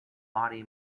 body